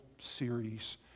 series